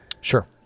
Sure